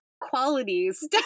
qualities